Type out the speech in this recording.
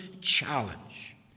challenge